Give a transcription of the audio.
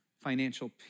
financial